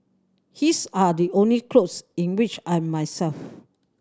his are the only clothes in which I'm myself